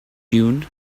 dune